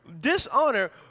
dishonor